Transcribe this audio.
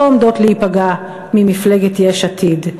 לא עומדות להיפגע ממפלגת יש עתיד.